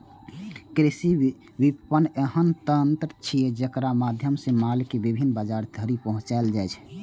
कृषि विपणन एहन तंत्र छियै, जेकरा माध्यम सं माल कें विभिन्न बाजार धरि पहुंचाएल जाइ छै